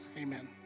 amen